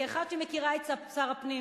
וכאחת שמכירה את שר הפנים,